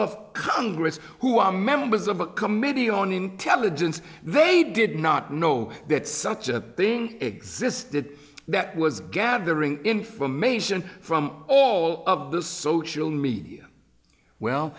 of congress who are members of a committee on intelligence they did not know that such a thing existed that was gathering information from all of the social media well